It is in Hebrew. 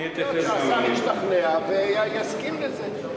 יכול להיות שהשר ישתכנע ויסכים לזה.